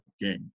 Game